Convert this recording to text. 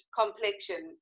complexion